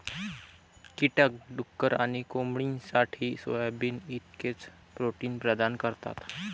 कीटक डुक्कर आणि कोंबडीसाठी सोयाबीन इतकेच प्रोटीन प्रदान करतात